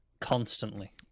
constantly